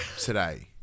today